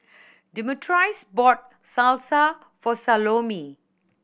Demetrius bought Salsa for Salome